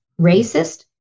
racist